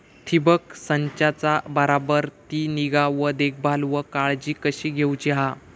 ठिबक संचाचा बराबर ती निगा व देखभाल व काळजी कशी घेऊची हा?